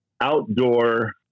outdoor